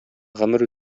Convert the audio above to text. гомер